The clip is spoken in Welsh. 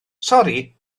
sori